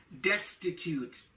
destitute